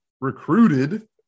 recruited